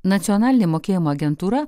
nacionalinė mokėjimo agentūra